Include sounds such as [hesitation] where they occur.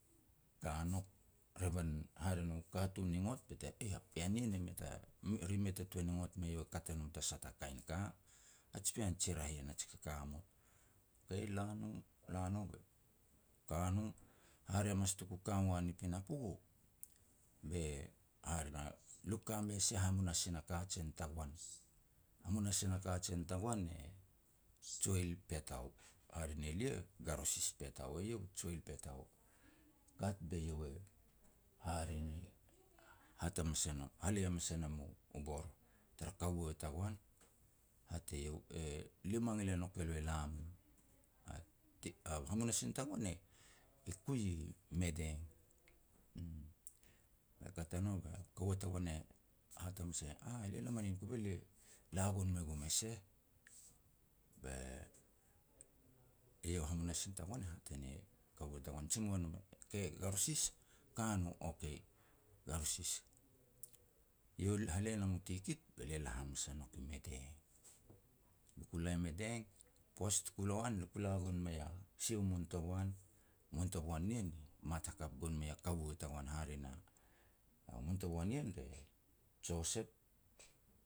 Ka nouk, revan hare nu katun i ngot bete, "Eih, a pean nien e mei ta [hesitation] ri mei ta tuan ngot be iau e kat e no ta sah ta kain ka. A ji pean a ji raeh ien, a ji kakamot." Kei, la no, la no, ka no, hare hamas tuku ka uan i pinapo, be hare na, luk ka mei sia hamunasin a kajen tagoan. Hamunasin a kajen tagoan e Joel Pitau. Hare ne lia, Garosis Petau, iau e Joel Petau. Kat be iau e, hare na, hat hamas e nouk, halei hamas e nam u bor, tara kaua tagoan. Hat eiau, "E lia mangil e nouk elo e la mum." A ti [unintelligible] hamunasin tagoan e-e kui i Madang, uum. Be kat a no ba kaua tagoan e hat hamas e, "Aah, lia la manin kove lia la gon me gum e seh." Be iau a hamunasin tagoan e hat e ne kaua tagoan, jimou e nom, "Ke Garosis." "Ka no." "Okay." Garosis [unintelligible] Iau [hesitation] halei e nam u tikit be lia la hamas a nouk i Madang. Luku lei Madang, poaj tuku la uan lia ku la gon mei a sia u muntoboan, muntoboan nien, mat hakap gon mei a kaua tagoan, hare na, u muntoboan nien, re Joseph